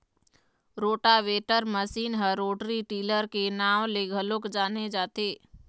rotavator machine ह rotary tiller के नांव ले घलोक जाने जाथे